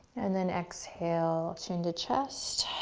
and then exhale chin to chest.